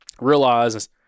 Realize